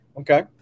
Okay